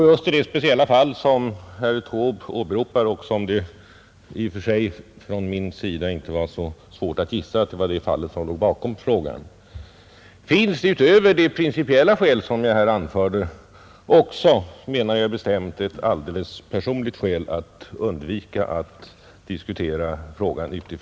Just i det speciella fall som herr Taube åberopar — och det var i och för sig inte så svårt för mig att gissa att det var det fallet som låg bakom frågan — finns utöver de principiella skäl som jag här anförde också, menar jag bestämt, ett rent personligt skäl att undvika att diskutera frågan.